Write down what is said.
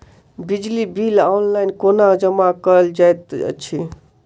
बिजली bill online कोना जमा कएल जाइत अछि?